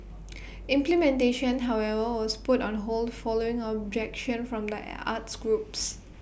implementation however was put on hold following objection from the arts groups